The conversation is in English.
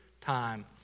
time